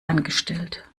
angestellt